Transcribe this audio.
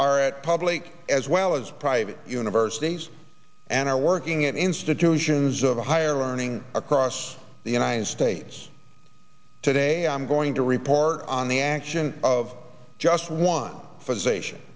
are at public as well as private universities and are working in institutions of higher learning across the united states today i'm going to report on the action of just one physician